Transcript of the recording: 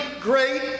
great